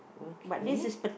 okay